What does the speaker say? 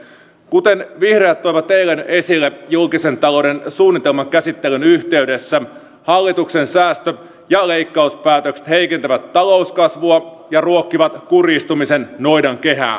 kuten vihreät toivat eilen esille julkisen talouden suunnitelman käsittelyn yhteydessä hallituksen säästö ja leikkauspäätökset heikentävät talouskasvua ja ruokkivat kurjistumisen noidankehää